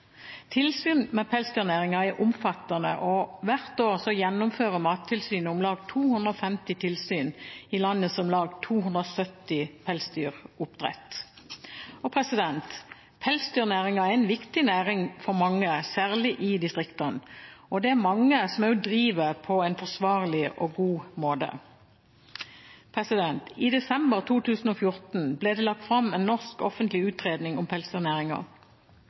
med pelsdyrnæringen er omfattende, og hvert år gjennomfører Mattilsynet om lag 250 tilsyn i landets om lag 270 pelsdyrfarmer. Pelsdyrnæringen er en viktig næring for mange, særlig i distriktene, og det er mange som driver på en forsvarlig og god måte. I desember 2014 ble det lagt fram en norsk offentlig utredning om